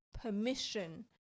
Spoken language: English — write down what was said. permission